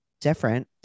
different